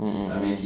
mm mm